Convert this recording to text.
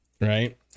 right